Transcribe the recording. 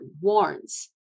warns